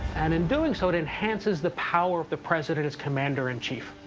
and in doing so, it enhances the power of the president as commander-in-chief.